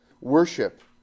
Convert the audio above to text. worship